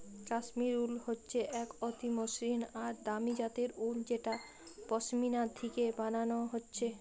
কাশ্মীর উল হচ্ছে এক অতি মসৃণ আর দামি জাতের উল যেটা পশমিনা থিকে বানানা হচ্ছে